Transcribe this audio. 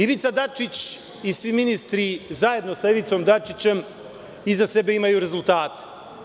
Ivica Dačić i svi ministri zajedno sa Ivicom Dačićem iza sebe imaju rezultate.